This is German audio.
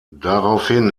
daraufhin